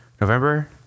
November